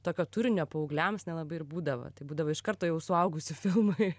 tokio turinio paaugliams nelabai ir būdavo tai būdavo iš karto jau suaugusių filmai